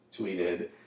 tweeted